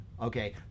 okay